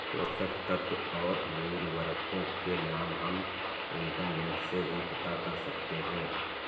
पोषक तत्व और उर्वरकों के नाम हम इंटरनेट से भी पता कर सकते हैं